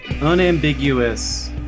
unambiguous